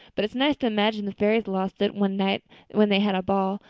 but it's nice to imagine the fairies lost it one night when they had a ball,